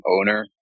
owner